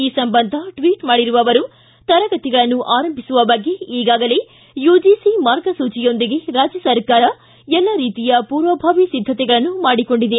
ಈ ಸಂಬಂಧ ಟ್ವೀಟ್ ಮಾಡಿರುವ ಅವರು ತರಗತಿಗಳನ್ನು ಆರಂಭಿಸುವ ಬಗ್ಗೆ ಈಗಾಗಲೇ ಯುಜಿಸಿ ಮಾರ್ಗಸೂಚಿಯೊಂದಿಗೆ ರಾಜ್ಯ ಸರ್ಕಾರ ಎಲ್ಲ ರೀತಿಯ ಪೂರ್ವಭಾವಿ ಸಿದ್ಧತೆಗಳನ್ನು ಮಾಡಿಕೊಂಡಿದೆ